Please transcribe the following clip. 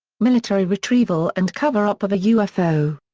military retrieval and cover-up of a ufo.